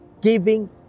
giving